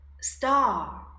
star